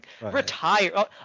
retire